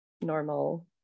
normal